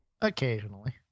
Occasionally